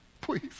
please